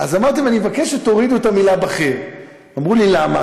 אמרתי להם: אני מבקש שתורידו את המילה "בכיר",